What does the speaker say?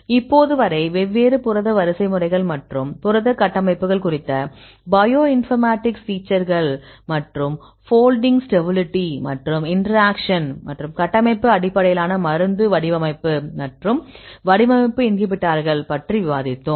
இப்போது வரை வெவ்வேறு புரத வரிசைமுறைகள் மற்றும் புரத கட்டமைப்புகள் குறித்த பயோ இன்பர்மேட்டிக்ஸ் ஃபீச்சர்கள் மற்றும் போல்டிங் ஸ்டெபிளிட்டி மற்றும் இன்டராக்சன்கள் மற்றும் கட்டமைப்பு அடிப்படையிலான மருந்து வடிவமைப்பு மற்றும் வடிவமைப்பு இன்ஹிபிட்ட்டார்கள் பற்றி விவாதித்தோம்